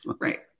Right